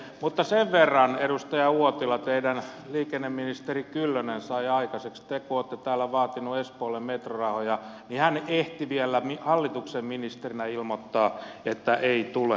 mutta sen verran edustaja uotila teidän liikenneministerinne kyllönen sai aikaiseksi te kun olette täällä vaatinut espoolle metrorahoja että ehti vielä hallituksen ministerinä ilmoittaa että ei tule